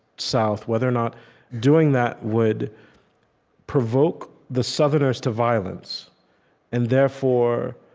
south whether or not doing that would provoke the southerners to violence and, therefore,